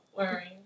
Wearing